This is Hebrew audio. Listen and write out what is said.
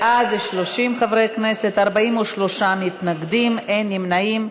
בעד, 30 חברי כנסת, 43 מתנגדים, אין נמנעים.